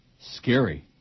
Scary